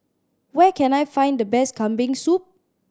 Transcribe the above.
where can I find the best Kambing Soup